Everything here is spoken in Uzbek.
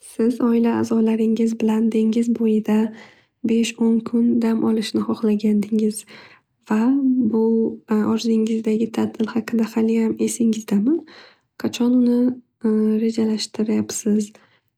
Siz oila azolaringiz bilan dengiz bo'yida besh o'n kun dam olishni hohlagandingiz. Va bu orzuyingizdagi tatil haqida haliyam esingizdami. Qachon uni rejalashtiryabsiz